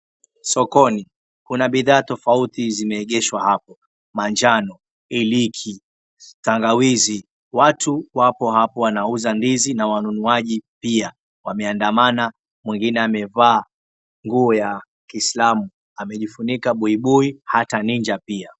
Sokoni kuna bidhaa tofauti zimeegeshwa hapo manjano, iliki, tangawizi, watu wapo hapo wanauza ndizi na wanunuwaji pia wameandamana mwingine wamevaa nguo ya kislamu amejifunika buibui hata ninja pia.